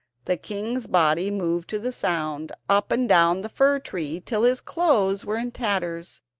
the king's body moved to the sound, up and down the fir tree till his clothes were in tatters,